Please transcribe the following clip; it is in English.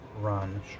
run